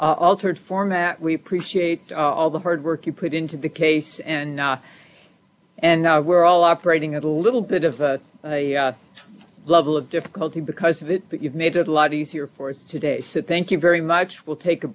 altered format we appreciate all the hard work you put into the case and now and now we're all operating at a little bit of a level of difficulty because of it but you've made it a lot easier for us today said thank you very much we'll take a